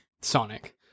sonic